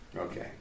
Okay